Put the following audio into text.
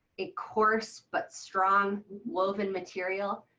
a course but strong woven material.